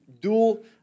dual